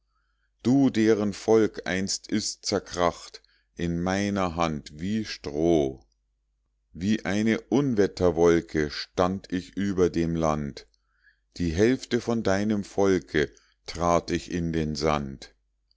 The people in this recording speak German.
du deren volk einst ist zerkracht in meiner hand wie stroh wie eine unwetterwolke stand ich über dem land die hälfte von deinem volke trat ich in den sand